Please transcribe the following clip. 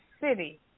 city